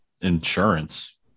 insurance